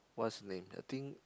what's name I think